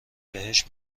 بهشت